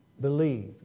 believe